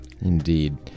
Indeed